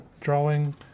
Drawing